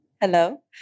Hello